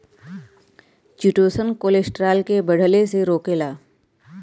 chitosan cholesterol के बढ़ले से रोकेला